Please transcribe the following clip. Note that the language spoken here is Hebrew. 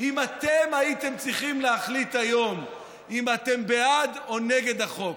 אם אתם הייתם צריכים להחליט היום אם אתם בעד או נגד החוק,